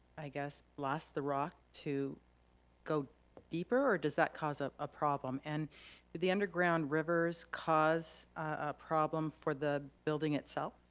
i guess, blast the rock to go deeper? or does that cause ah a problem? and do the underground rivers cause a problem for the building itself?